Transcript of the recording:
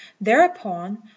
Thereupon